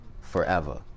forever